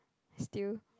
still